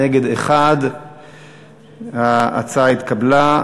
נגד, 1. ההצעה התקבלה.